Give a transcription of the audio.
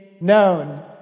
known